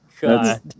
God